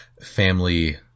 family